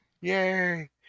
Yay